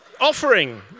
Offering